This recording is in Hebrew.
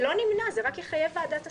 זה לא נמנע, זה רק יחייב ועדת הסכמות.